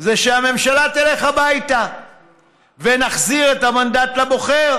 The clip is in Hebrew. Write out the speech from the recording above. זה שהממשלה תלך הביתה ונחזיר את המנדט לבוחר,